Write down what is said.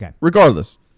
Regardless